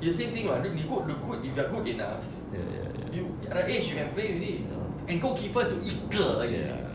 it's same thing [what] ni~ good re~ good if you are good enough you at the age you can play already and goalkeeper 只要一个而已 leh